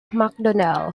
mcdonnell